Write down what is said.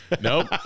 Nope